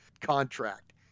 contract